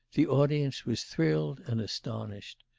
the audience was thrilled and astonished.